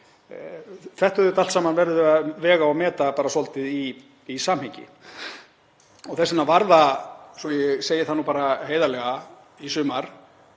Þetta auðvitað allt saman verðum við að vega og meta bara svolítið í samhengi. Þess vegna var það, svo ég segi það nú bara heiðarlega,